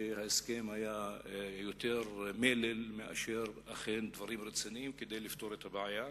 ההסכם היה יותר מלל מאשר דברים רציניים כדי לפתור את הבעיה,